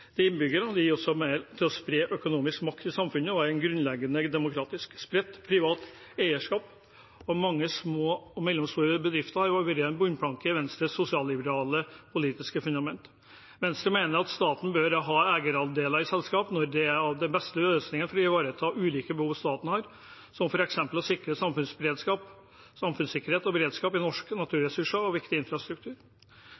i samfunnet og er grunnleggende demokratisk. Spredt privat eierskap og mange små og mellomstore bedrifter har vært en bunnplanke i Venstres sosialliberale politiske fundament. Venstre mener at staten bør ha eierandeler i selskap når det er den beste løsningen for å ivareta ulike behov staten har, som f.eks. ut fra samfunnssikkerhet og beredskap å sikre i norske naturressurser og viktig infrastruktur. For oss er åpenhet rundt lederlønn i